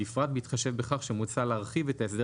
בפרט בהתחשב בכך שמוצע להרחיב את ההסדר